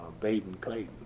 Baden-Clayton